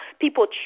people